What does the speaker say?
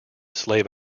slave